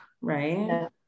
Right